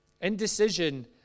Indecision